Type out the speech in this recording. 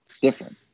different